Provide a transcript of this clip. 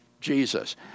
Jesus